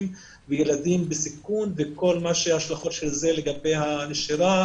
ולילדים בסיכון וכל ההשלכות של זה לגבי הנשירה,